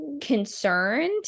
concerned